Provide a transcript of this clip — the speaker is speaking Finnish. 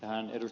tähän ed